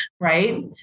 right